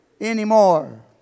anymore